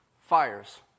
Fires